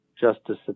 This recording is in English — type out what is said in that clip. Justice